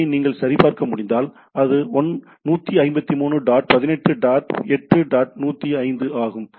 பியை நீங்கள் சரிபார்க்க முடிந்தால் அது 153 டாட் 18 டாட் 8 டாட் 105 ஆகும்